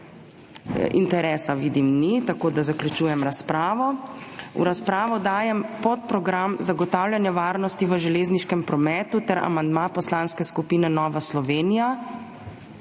Interesa vidim, da ni, tako da zaključujem razpravo. V razpravo dajem podprogram Zagotavljanje varnosti v železniškem prometu ter amandma Poslanske skupine Nova Slovenija.